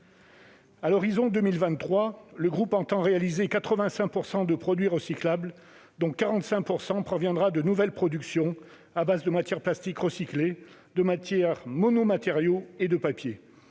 À l'horizon de 2023, le groupe entend proposer 85 % de produits recyclables, issus pour 45 % de nouvelles productions à base de matières plastiques recyclées, de matière monomatériau et de papier.